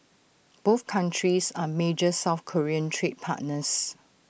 both countries are major south Korean trade partners